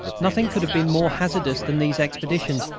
nothing could have been more hazardous than these expeditions,